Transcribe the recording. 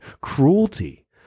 cruelty